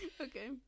Okay